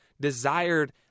desired